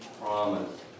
promise